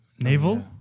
navel